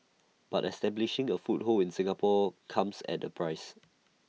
but establishing A foothold in Singapore comes at A price